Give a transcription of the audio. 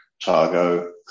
targo